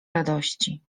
radości